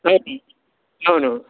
price అవును